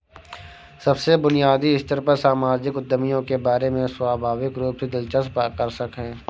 सबसे बुनियादी स्तर पर सामाजिक उद्यमियों के बारे में स्वाभाविक रूप से दिलचस्प आकर्षक है